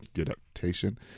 adaptation